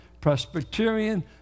Presbyterian